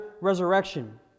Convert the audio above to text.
resurrection